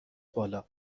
بالا